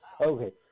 Okay